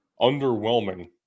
underwhelming